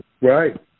Right